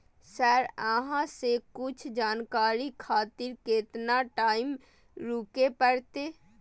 Sir अहाँ से कुछ जानकारी खातिर केतना टाईम रुके परतें?